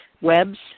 webs